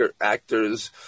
actors